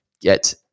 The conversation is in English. get